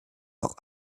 auch